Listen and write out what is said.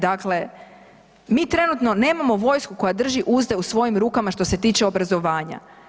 Dakle, mi trenutno nemamo vojsku koja drži uzde u svojim rukama što se tiče obrazovanja.